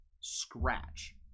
scratch